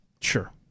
Sure